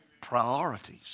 Priorities